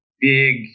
big